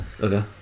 Okay